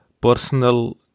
personal